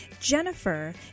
Jennifer